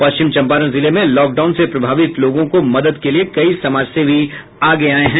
पश्चिम चम्पारण जिले में लॉकडाउन से प्रभावित लोगों को मदद के लिए कई समाजसेवी आगे आये हैं